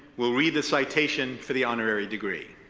will read the citation for the honorary degree.